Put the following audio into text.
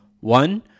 one